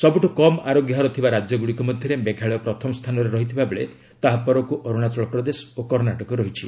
ସବୁଠୁ କମ୍ ଆରୋଗ୍ୟ ହାର ଥିବା ରାଜ୍ୟଗୁଡ଼ିକ ମଧ୍ୟରେ ମେଘାଳୟ ପ୍ରଥମ ସ୍ଥାନରେ ରହିଥିବା ବେଳେ ତାହା ପରକୁ ଅରୁଣାଚଳ ପ୍ରଦେଶ ଓ କର୍ଣ୍ଣାଟକ ରହିଛି